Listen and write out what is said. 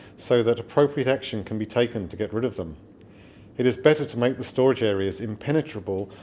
so that appropriate action can be taken to get rid of them it is better to make the storage areas impenetrable,